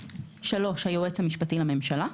(3)היועץ המשפטי לממשלה,